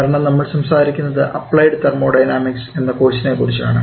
കാരണം നമ്മൾ സംസാരിക്കുന്നത് അപ്ലൈഡ് തെർമോഡൈനാമിക്സ് എന്ന കോഴ്സിനെ കുറിച്ചാണ്